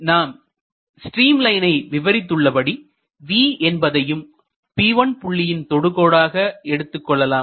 நாம் ஸ்ட்ரீம் லைனை விவரித்துள்ளபடி V என்பதையும் P1 புள்ளியின் தொடுகோடாக எடுத்துக் கொள்ளலாம்